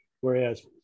Whereas